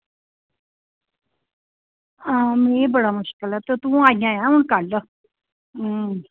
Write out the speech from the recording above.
ते में बड़ा मुश्कल ऐ ते तूं आई जायां कल्ल अं